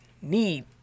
need